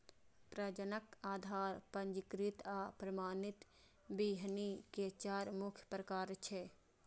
प्रजनक, आधार, पंजीकृत आ प्रमाणित बीहनि के चार मुख्य प्रकार छियै